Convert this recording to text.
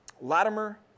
Latimer